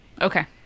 Okay